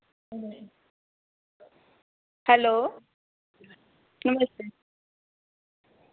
hello नमस्ते